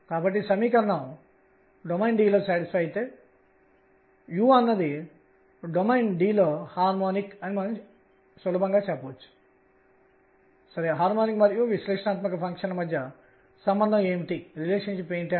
కాబట్టి n అనేది 0 లేదా ధనాత్మక లేదా ఋణాత్మక పూర్ణాంకాలు కావచ్చు అని నేను చెప్పబోతున్నాను